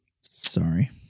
sorry